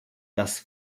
dass